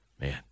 man